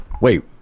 Wait